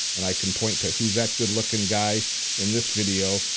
and i can point to who's that good looking guy in this video.